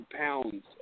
pounds